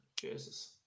Jesus